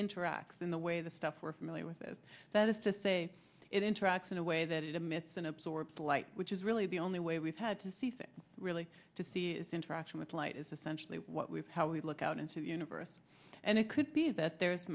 interacts in the way the stuff we're familiar with it that is to say it interacts in a way that it emits and absorbs right which is really the only way we've had to see things really to see its interaction with light is essentially what we've how we look out into the universe and it could be that there